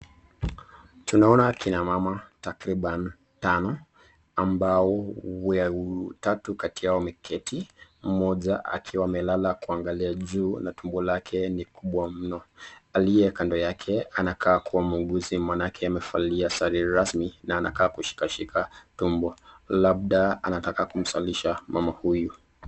Tunaona kina mama takriban tano, ambao tatu kati yao wameketi. Moja akiwa amelala kuangalia juu na tumbo lake ni kubwa mno, aliyekaa kando yake, anakaa muuguzi manake amevalia sare rasmi na anakaa kushika shika tumbo labda anataka kumzalisha mama huyu.